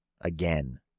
again